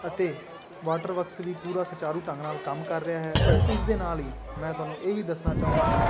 ਅਤੇ water works ਵੀ ਪੂਰਾ ਸੁਚਾਰੂ ਢੰਗ ਨਾਲ ਕੰਮ ਕਰ ਰਿਹਾ ਹੈ ਬਟ ਇਸ ਦੇ ਨਾਲ ਹੀ ਮੈਂ ਤੁਹਾਨੂੰ ਇਹ ਵੀ ਦੱਸਣਾ ਚਾਹੁੰਦਾ ਹਾਂ